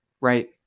Right